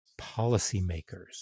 policymakers